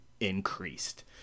increased